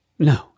No